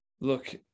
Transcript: Look